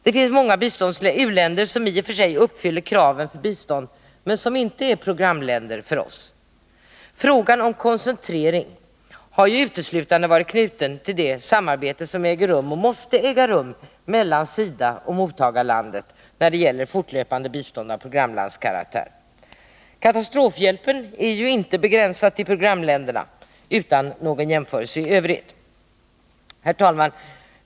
Det finns många u-länder som i och för sig uppfyller kraven för bistånd men som inte är programländer. Frågan om koncentrering har ju uteslutande varit knuten till det samarbete som äger rum och måste äga rum mellan SIDA och mottagarlandet när det gäller fortlöpande bistånd av programlandskaraktär. Katastrofhjälpen är ju inte begränsad till programländerna — utan någon jämförelse i övrigt. Herr talman!